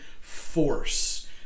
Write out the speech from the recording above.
force